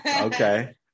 Okay